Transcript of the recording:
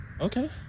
Okay